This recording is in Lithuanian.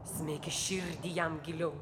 smeik į širdį jam giliau